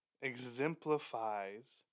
exemplifies